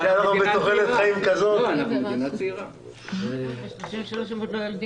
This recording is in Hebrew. אחת הבעיות המרכזיות היא באמת מחסור לאומי